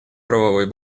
правовой